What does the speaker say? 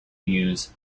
use